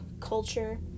culture